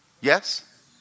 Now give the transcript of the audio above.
Yes